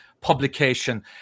publication